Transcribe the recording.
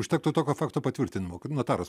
užtektų tokio fakto patvirtinimo kad notaras